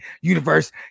Universe